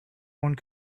one